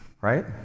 Right